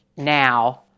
now